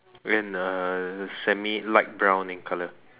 and a semi light brown in color